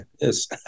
yes